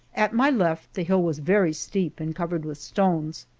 at my left the hill was very steep and covered with stones.